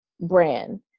brand